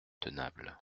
tenable